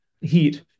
heat